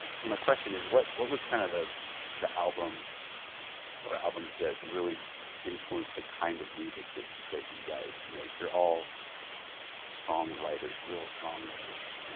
so my question is, what what was kind of the the album or albums that really influenced the kind of music that you guys make? you're all songwriters, real songwriters,